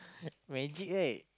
magic right